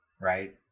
right